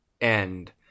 end